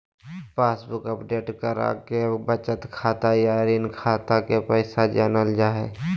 passbook update कराके बचत खाता या ऋण खाता के पैसा जानल जा हय